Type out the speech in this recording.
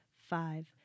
five